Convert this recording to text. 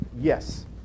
Yes